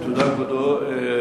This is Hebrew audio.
תודה, כבודו.